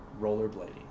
rollerblading